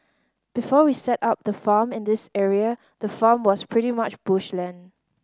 before we set up the farm in this area the farm was pretty much bush land